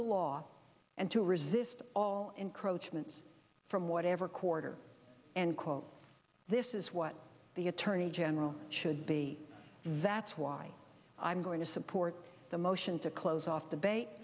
the law and to resist all encroachment from whatever quarter and quote this is what the attorney general should be that's why i'm going to support the motion to close off the ba